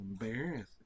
embarrassing